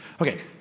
Okay